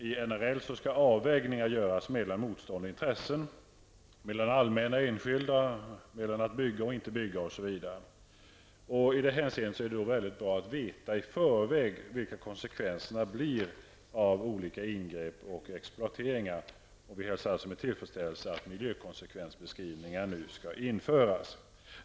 I NRL skall avvägningar göras mellan motstående intressen, mellan det allmänna och enskilda, mellan att bygga eller inte osv. I det hänseendet är det bra att veta i förväg vilka konsekvenserna blir av olika ingrepp och exploateringar. Vi hälsar med tillfredsställelse att miljökonsekvensbeskrivningar nu skall införas.